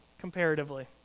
comparatively